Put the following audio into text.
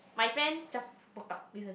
my friend just broke up recently